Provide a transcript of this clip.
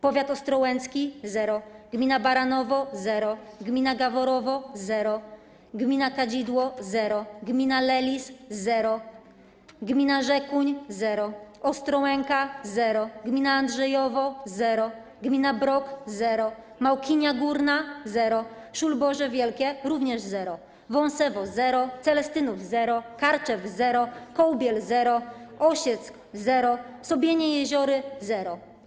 Powiat ostrołęcki - zero, gmina Baranowo - zero, gmina Goworowo - zero, gmina Kadzidło - zero, gmina Lelis - zero, gmina Rzekuń - zero, Ostrołęka - zero, gmina Andrzejewo - zero, gmina Brok - zero, Małkinia Górna - zero, Szulborze Wielkie - również zero, Wąsewo - zero, Celestynów - zero, Karczew - zero, Kołbiel - zero, Osieck - zero, Sobienie-Jeziory - zero.